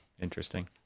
Interesting